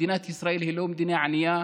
מדינת ישראל היא לא מדינה ענייה.